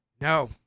No